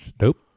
Nope